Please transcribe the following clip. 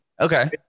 okay